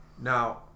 now